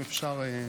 אם אפשר.